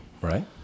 Right